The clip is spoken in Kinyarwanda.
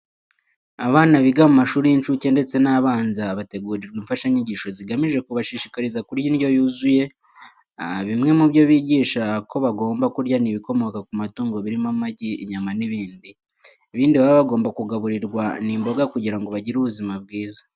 Abana biga mu mashuri y'inshuke ndetse n'abanza bategurirwa imfashanyigisho zigamije kubashishikariza kurya indyo yuzuye. Bimwe mu byo bigisha ko bagomba kurya ni ibikomoka ku matungo birimo amagi, inyama n'ibindi. Ibindi baba bagomba kugaburirwa ni imboga kugira ngo bagire ubuzima bwiza.